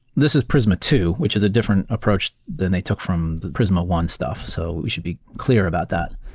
this is prisma two, which is a different approach than they took from prisma one stuff. so we should be clear about that.